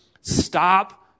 Stop